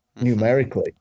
numerically